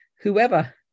whoever